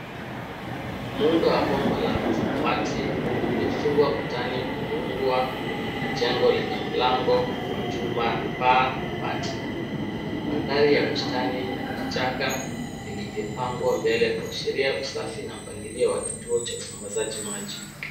Muundo wa bomba la samawati uliofungwa ukutani umeungwa na jengo lenye mlango wa chuma na paa la bati. Mandhari ya bustani na vichaka vilivyopangwa mbele huashiria usafi na mpangilio wa kituo cha usambazaji maji.